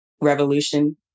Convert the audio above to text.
revolution